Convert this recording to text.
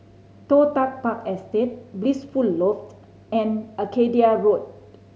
Toh Tuck Park Estate Blissful Loft and Arcadia Road